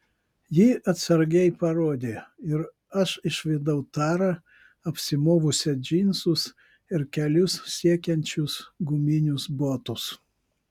ji atsargiai parodė ir aš išvydau tarą apsimovusią džinsus ir kelius siekiančius guminius botus